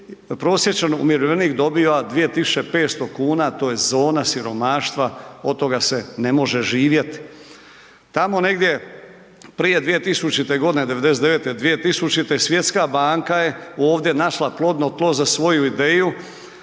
prosječni umirovljenik dobiva 2500 kuna, to je zona siromaštva, od toga se ne može živjeti. Tamo negdje prije 2000. g. '99., 2000., Svjetska banka je ovdje našla plodno tlo za svoju ideju